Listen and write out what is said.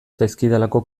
zaizkidalako